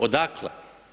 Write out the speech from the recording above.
Odakle?